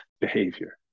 behavior